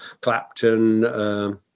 Clapton